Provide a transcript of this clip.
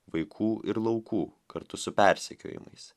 vaikų ir laukų kartu su persekiojimais